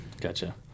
Gotcha